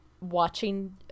watching